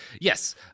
Yes